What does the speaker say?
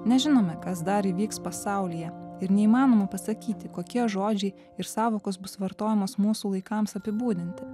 nežinome kas dar įvyks pasaulyje ir neįmanoma pasakyti kokie žodžiai ir sąvokos bus vartojamos mūsų laikams apibūdinti